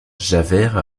javert